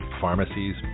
pharmacies